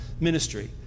Ministry